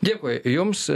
dėkui jums